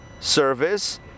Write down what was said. service